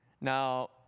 Now